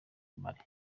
mali